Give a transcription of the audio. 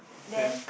then